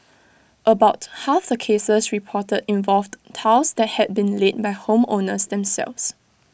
about half the cases reported involved tiles that had been laid by home owners themselves